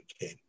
came